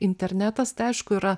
internetas tai aišku yra